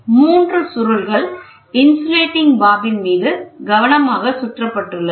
3 சுருள்கள் insulating bobbin மீது கவனமாக சுற்ற பட்டுள்ளன